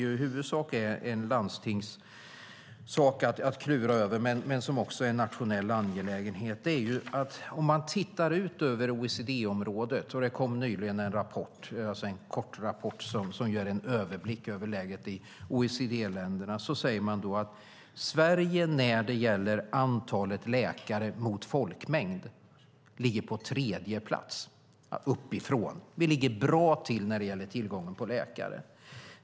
Det är i huvudsak landstingen som ska klura över detta, men det är också en nationell angelägenhet. Det kom nyligen en kortrapport som ger en överblick över läget i OECD-länderna. Där kan man se att Sverige ligger på tredje plats uppifrån när det gäller antalet läkare räknat mot folkmängd. Vi ligger bra till när det gäller tillgången på läkare.